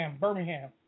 Birmingham